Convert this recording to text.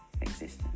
existence